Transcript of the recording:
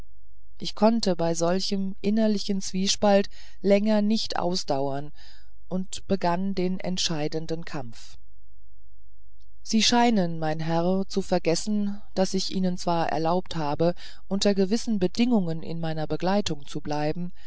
ich konnte bei solchem innerlichen zwiespalt länger nicht ausdauern und begann den entscheidenden kampf sie scheinen mein herr zu vergessen daß ich ihnen zwar erlaubt habe unter gewissen bedingungen in meiner begleitung zu bleiben